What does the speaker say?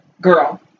Girl